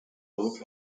lower